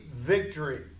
victory